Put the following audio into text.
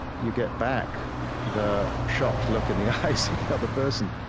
you get back the shocked look in the eyes of the other person